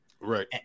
Right